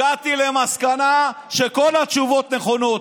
הגעתי למסקנה שכל התשובות נכונות.